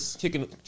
Kicking